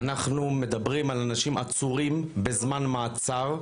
אנחנו מדברים על אנשים עצורים בזמן מעצר,